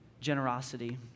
generosity